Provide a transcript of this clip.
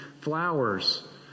flowers